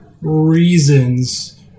reasons